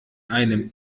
einem